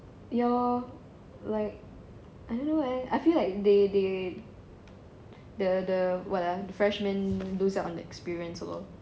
ya lor like I don't know eh I feel like they they the the what ah the freshmen lose out on experience a lot